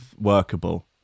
Workable